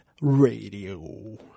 Radio